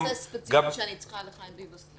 יש נושא ספציפי שאני רוצה להציג לחיים ביבס.